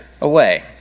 away